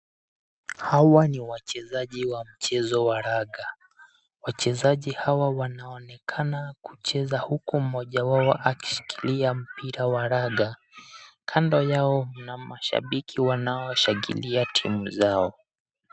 Hawa ni wachezaji wa mchezo wa raga. Wachezaji hawa waaonekana kucheza huko mmoja wao anaonekana akishikilia mpira wa raga. Kando yao kuna mashabiki wanaoshangilia timu zao.